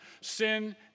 Sin